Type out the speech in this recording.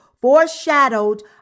foreshadowed